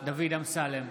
דוד אמסלם,